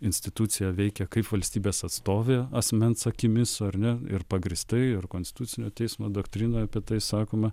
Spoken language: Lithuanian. institucija veikia kaip valstybės atstovė asmens akimis ar ne ir pagrįstai ar konstitucinio teismo doktrinoj apie tai sakoma